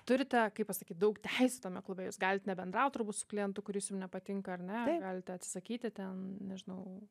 turite kaip pasakyt daug teisių tame klube jūs galit nebendraut su klientu kuris jum nepatinka ar ne galite atsisakyti ten nežinau